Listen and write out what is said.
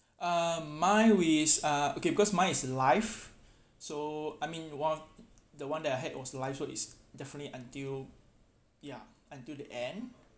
um mine which is uh okay because mine is life so I mean one the one that I had was life so is definitely until ya until the end